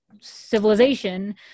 civilization